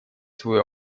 свою